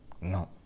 No